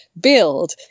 build